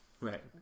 right